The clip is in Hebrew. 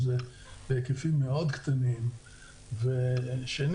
הגופים שעסקו בחקיקה אמרו לנו שאם